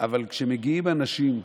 אבל מגיעים אנשים,